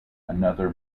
another